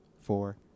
four